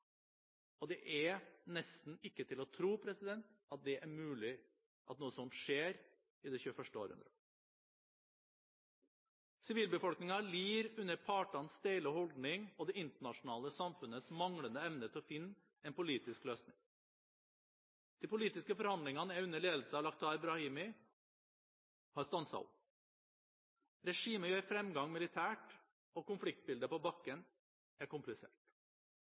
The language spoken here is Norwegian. og det er nesten ikke til å tro at det er mulig at noe sånt skjer i det 21. århundre. Sivilbefolkningen lider under partenes steile holdning og det internasjonale samfunnets manglende evne til å finne en politisk løsning. De politiske forhandlingene under ledelse av Lakhdar Brahimi har stanset opp. Regimet gjør fremgang militært, og konfliktbildet på bakken er komplisert.